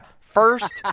First